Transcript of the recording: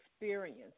experience